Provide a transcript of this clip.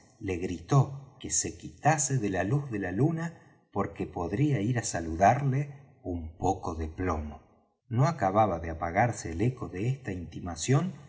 le gritó que se quitase de la luz de la luna porque podría ir á saludarle un poco de plomo no acababa de apagarse el eco de esta intimación